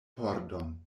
pordon